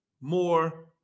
more